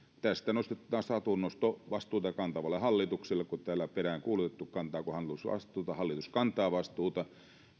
tästä taas hatunnosto vastuuta kantavalle hallitukselle täällä on peräänkuulutettu kantaako hallitus vastuuta hallitus kantaa vastuuta